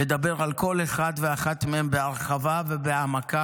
לדבר על כל אחד ואחת מהם בהרחבה ובהעמקה,